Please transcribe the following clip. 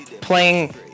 playing